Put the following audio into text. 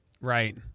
Right